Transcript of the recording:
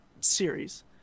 series